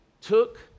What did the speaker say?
took